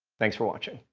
thanks for watching.